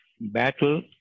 Battle